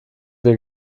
wir